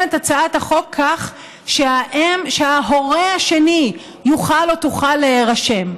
את הצעת החוק כך שההורה השני יוכל או תוכל להירשם.